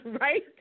right